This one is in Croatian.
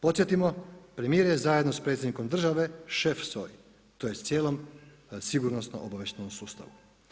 Podsjetimo premijer je zajedno sa predsjednikom države šef SOA-e tj. cijelom sigurnosno-obavještajnom sustavu.